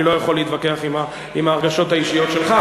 אני לא יכול להתווכח עם ההרגשות האישיות שלך.